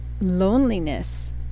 loneliness